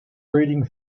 breeding